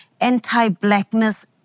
anti-blackness